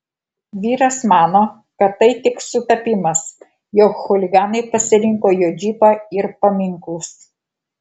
vyras mano kad tai tik sutapimas jog chuliganai pasirinko jo džipą ir paminklus